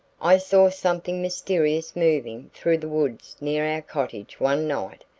i saw something mysterious moving through the woods near our cottage one night,